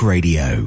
Radio